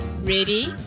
Ready